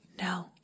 No